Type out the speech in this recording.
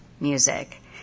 music